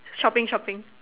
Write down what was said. shopping shopping